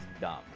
dumb